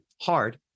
hard